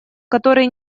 которые